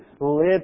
live